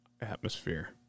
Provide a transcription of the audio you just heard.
atmosphere